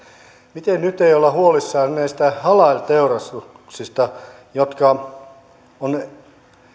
miten nyt ei olla huolissaan näistä halal teurastuksista jotka ovat